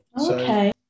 Okay